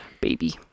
Baby